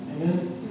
Amen